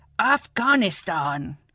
afghanistan